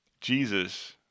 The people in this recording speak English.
Jesus